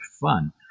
fun